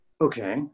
Okay